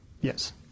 Yes